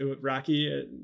Rocky